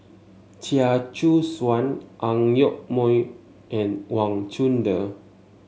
Chia Choo Suan Ang Yoke Mooi and Wang Chunde